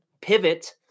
pivot